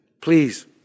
Please